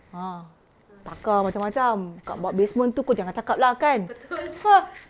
ah taka macam-macam kat bawah basement tu kau jangan cakap lah kan !huh!